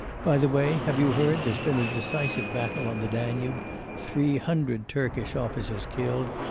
by the way, have you heard, there's been a decisive battle on the danube three hundred turkish officers killed,